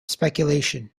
speculation